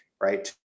right